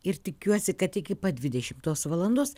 ir tikiuosi kad iki pat dvidešimtos valandos